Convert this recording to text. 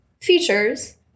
features